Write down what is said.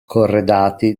corredati